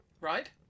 Right